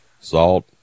Salt